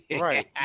Right